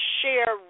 share